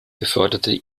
beförderte